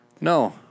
No